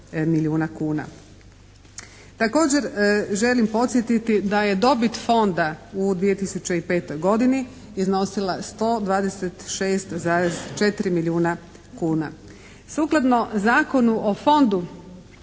Također želim podsjetiti da je dobit Fonda u 2005. godini iznosila 126,4 milijuna kuna.